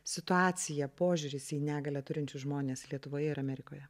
situacija požiūris į negalią turinčius žmones lietuvoje ir amerikoje